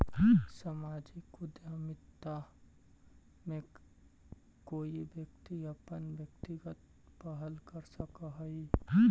सामाजिक उद्यमिता में कोई व्यक्ति अपन व्यक्तिगत पहल कर सकऽ हई